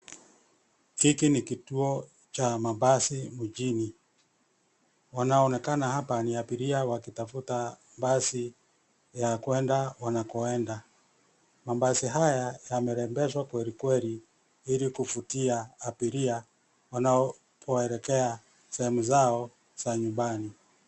Hiki ni kituo cha mabasi mjini, wanaonekana hapa ni abiria wakitafuta basi ya kwenda wanakoenda. Mabasi haya yamerembeshwa kweli kweli ili kuvutia abiria wanapoelekea sehemu zao za nyumbani.